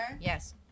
Yes